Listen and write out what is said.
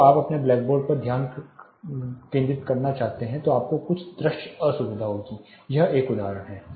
जब आप अपने ब्लैकबोर्ड पर ध्यान केंद्रित करना चाहते हैं तो आपको कुछ दृश्य असुविधा होगी यह एक उदाहरण है